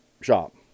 Shop